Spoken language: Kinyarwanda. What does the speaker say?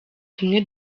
tumwe